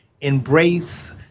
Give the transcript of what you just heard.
embrace